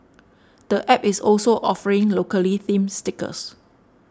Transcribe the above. the app is also offering locally themed stickers